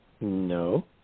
No